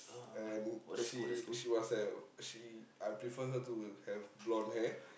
and she she must have she I prefer her to have blonde hair